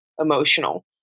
emotional